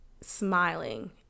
smiling